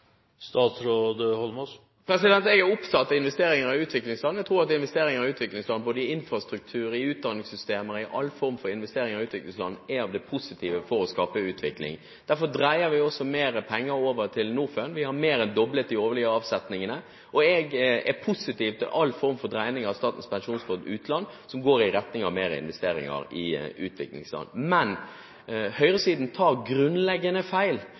Jeg er opptatt av investeringer i utviklingsland. Jeg tror at investeringer i utviklingsland både i infrastruktur og utdanningssystemer, all form for investering, er av det positive for å skape utvikling. Derfor dreier vi også mer penger over til Norfund. Vi har mer enn doblet de årlige avsetningene. Jeg er positiv til all form for dreining av Statens pensjonsfond utland som går i retning av mer investeringer i utviklingsland. Men høyresiden tar grunnleggende feil